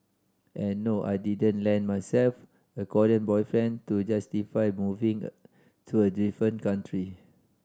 and no I didn't land myself a Korean boyfriend to justify moving to a different country